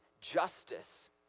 justice